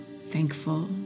thankful